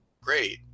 great